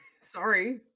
sorry